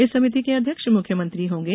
इस समिति के अध्यक्ष मुख्यमंत्री होंगे